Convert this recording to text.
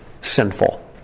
sinful